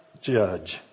judge